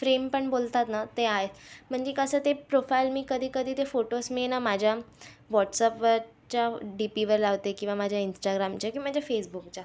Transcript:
frame पण बोलतात ना ते आहे म्हणजे कसं ते प्रोफाईल मी कधीकधी ते फोटोज मी ना माझ्या वॉट्सअपवरच्या डी पीवर लावते किंवा माझ्या इंस्टाग्रामच्या किंवा माझ्या फेसबुकच्या